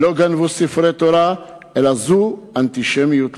לא גנבו ספרי תורה, אלא זו אנטישמיות לשמה.